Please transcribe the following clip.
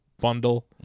bundle